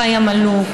חיאת מאלוק,